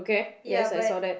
ya but